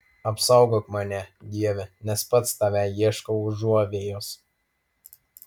apsaugok mane dieve nes pas tave ieškau užuovėjos